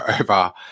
over